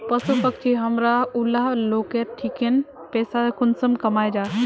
पशु पक्षी हमरा ऊला लोकेर ठिकिन पैसा कुंसम कमाया जा?